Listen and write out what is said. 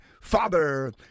Father